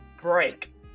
break